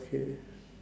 okay